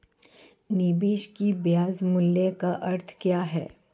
निवेश के ब्याज मूल्य का अर्थ क्या है?